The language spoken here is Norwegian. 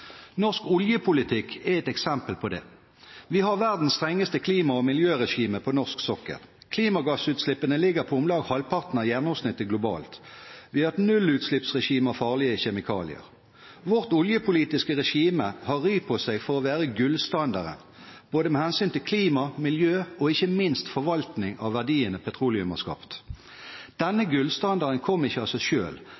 Norsk oljepolitikk er et eksempel på det. Vi har verdens strengeste klima- og miljøregime på norsk sokkel. Klimagassutslippene ligger på om lag halvparten av gjennomsnittet globalt, vi har et nullutslippsregime av farlige kjemikalier. Vårt oljepolitiske regime har ry på seg for å være gullstandarden med hensyn til klima, miljø og ikke minst forvaltning av verdiene petroleum har skapt. Denne